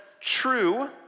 true